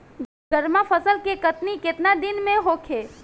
गर्मा फसल के कटनी केतना दिन में होखे?